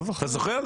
אתה זוכר?